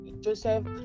Joseph